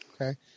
okay